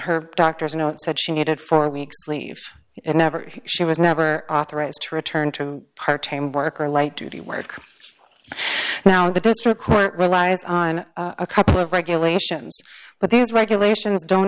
her doctor's note said she needed four weeks leave and never she was never authorized to return to part time work or light duty work now the district court relies on a couple of regulations but these regulations don't